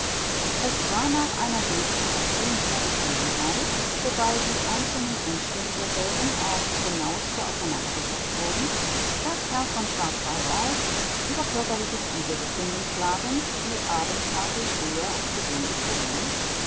es war nach einer durchsprechung jener begebenheit wobei die einzelnen umstände derselben auf's genaueste auseinander gesetzt wurden daß herr von schwarzwaldau über körperliches uebelbefinden klagend die abendtafel früher als gewöhnlich verließ